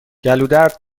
گلودرد